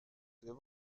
viel